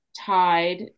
Tied